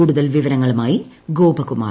കൂടുതൽ വിവരങ്ങളുമായി ഗോപകുമാർ